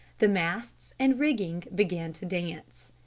the masts and rigging began to dance.